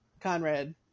Conrad